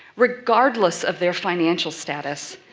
regardless of their financial status,